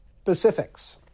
specifics